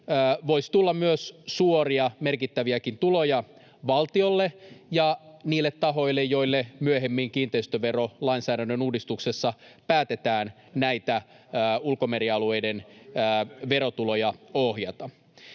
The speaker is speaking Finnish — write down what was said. voisi tulla myös suoria, merkittäviäkin tuloja valtiolle ja niille tahoille, joille myöhemmin kiinteistöverolainsäädännön uudistuksessa päätetään näitä ulkomerialueiden verotuloja ohjata.